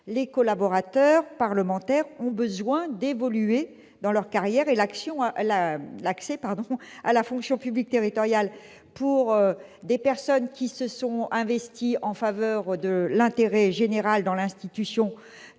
les collaborateurs parlementaires ont besoin d'évoluer dans leur carrière : l'accès à la fonction publique territoriale pour des personnes qui se sont investies en faveur de l'intérêt général dans l'institution qui